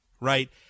right